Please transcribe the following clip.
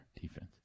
defense